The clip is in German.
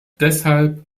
deshalb